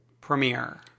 premiere